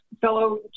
fellow